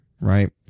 right